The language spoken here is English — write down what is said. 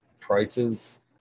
prices